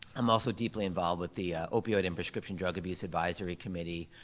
i'm also deeply involved with the opioid and prescription drug abuse advisory committee,